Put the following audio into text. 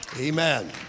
Amen